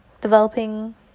developing